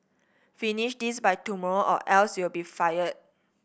finish this by tomorrow or else you'll be fired